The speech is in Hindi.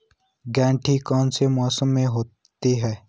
गेंठी कौन से मौसम में होती है?